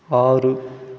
ఆరు